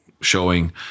showing